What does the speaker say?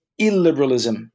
illiberalism